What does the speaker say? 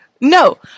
No